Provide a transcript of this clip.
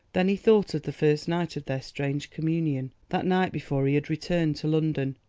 then he thought of the first night of their strange communion, that night before he had returned to london.